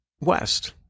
west